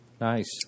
Nice